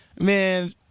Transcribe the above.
man